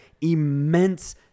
immense